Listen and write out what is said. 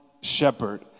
shepherd